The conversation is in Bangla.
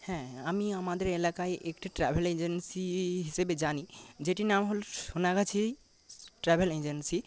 হ্যাঁ আমি আমাদের এলাকায় একটি ট্র্যাভেল এজেন্সি হিসেবে জানি যেটির নাম হল সোনাগাছি ট্র্যাভেল এজেন্সি